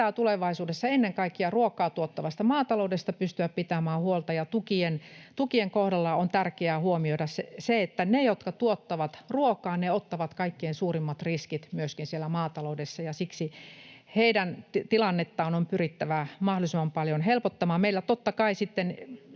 tulevaisuudessa ennen kaikkea ruokaa tuottavasta maataloudesta pitämään huolta. Tukien kohdalla on tärkeää huomioida se, että ne, jotka tuottavat ruokaa, ottavat kaikkein suurimmat riskit myöskin siellä maataloudessa, ja siksi heidän tilannettaan on pyrittävä mahdollisimman paljon helpottamaan.